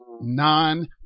non-